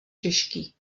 těžký